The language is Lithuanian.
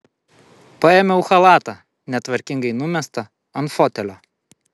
paėmiau chalatą netvarkingai numestą ant fotelio